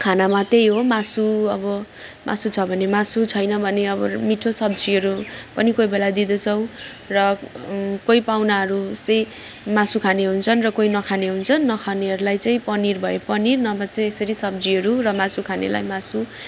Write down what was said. खानामा त्यही हो मासु अब मासु छ मासु छैन भने अब मिठो सब्जीहरू पनि कोही बेला दिँदछौँ र कोही पाहुनाहरू त्यस्तै मासु खाने हुन्छन् र कोही नखाने हुन्छन् नखानेहरूलाई चाहिँ पनिर भए पनिर नभए चाहिँ यसरी सब्जीहरू र मासु खानेलाई मासु